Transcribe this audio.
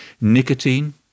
nicotine